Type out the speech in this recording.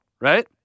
Right